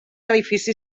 edifici